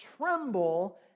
Tremble